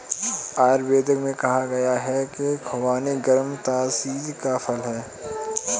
आयुर्वेद में कहा गया है कि खुबानी गर्म तासीर का फल है